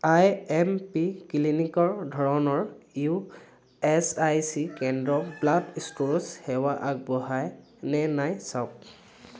আই M P ক্লিনিকৰ ধৰণৰ U H I C কেন্দ্ৰৰ ব্লাড ষ্টোৰেজ সেৱা আগবঢ়াই নে নাই চাওক